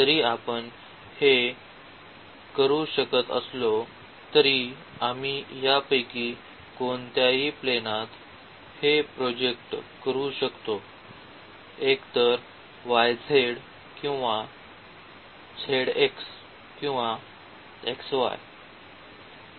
जरी आपण हे करू शकत असलो तरी आम्ही यापैकी कोणत्याही प्लेनात हे प्रोजेक्ट करू शकतो एकतर yz किंवा zx किंवा xy